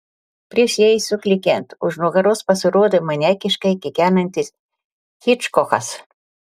prieš jai suklykiant už nugaros pasirodė maniakiškai kikenantis hičkokas